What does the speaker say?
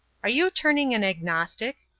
are you turning an agnostic?